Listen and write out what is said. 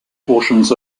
portions